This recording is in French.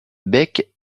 bec